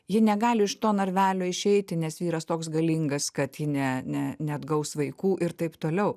ji negali iš to narvelio išeiti nes vyras toks galingas kad ji ne ne neatgaus vaikų ir taip toliau